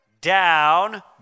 down